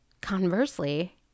Conversely